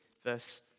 Verse